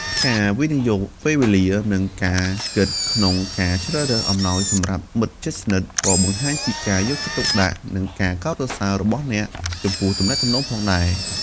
ការវិនិយោគពេលវេលា និងការគិតក្នុងការជ្រើសរើសអំណោយសម្រាប់មិត្តជិតស្និទ្ធ ក៏បង្ហាញពីការយកចិត្តទុកដាក់ និងការកោតសរសើររបស់អ្នកចំពោះទំនាក់ទំនងផងដែរ។